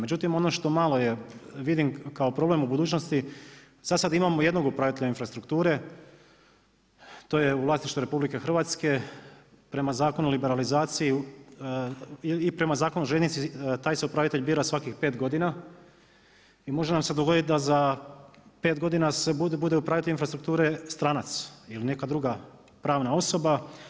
Međutim, ono što malo je, vidim kao problem u budućnosti, zasad imamo jednog upravitelja infrastrukture, to je u vlasništvu RH, prema Zakonu o liberalizaciji i prema Zakonu o željeznici taj se upravitelj bira svakih 5 godina i može nam se dogoditi da za 5 godina bude upravitelj infrastrukture stranac ili neka druga pravna osoba.